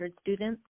students